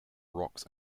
rocks